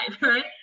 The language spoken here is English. right